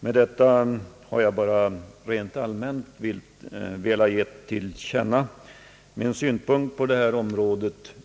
Med det anförda har jag endast rent allmänt velat ge till känna mina synpunkter på dessa frågor.